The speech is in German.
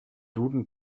duden